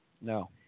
No